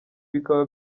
bikaba